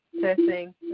Testing